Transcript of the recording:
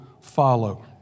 follow